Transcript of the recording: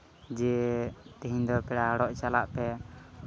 ᱡᱮ ᱛᱮᱦᱤᱧ ᱫᱚ ᱯᱮᱲᱟ ᱦᱚᱲᱚᱜ ᱪᱟᱞᱟᱜ ᱯᱮ